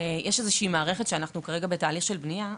יש איזו שהיא מערכת שאנחנו כרגע בתהליך של בנייה,